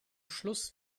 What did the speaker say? schluss